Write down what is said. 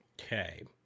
Okay